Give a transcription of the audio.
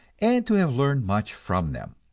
and to have learned much from them.